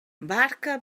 barca